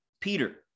Peter